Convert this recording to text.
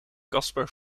kasper